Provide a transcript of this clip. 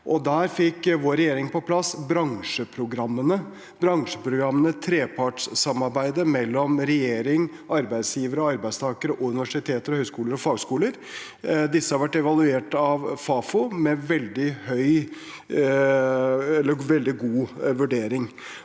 Der fikk vår regjering på plass bransjeprogrammene, et trepartssamarbeid mellom regjering, arbeidsgivere og arbeidstakere og universiteter, høyskoler og fagskoler. Disse har vært evaluert av Fafo og fått en veldig god vurdering.